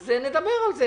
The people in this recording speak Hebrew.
אז נדבר על זה.